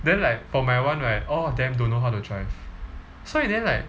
then like for my one right all of them don't know how to drive so in the end like